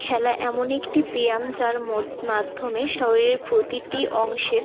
খেলা এমন একটি ব্যায়াম যার মাধ্যমে শরীরের প্রতিটি অংশের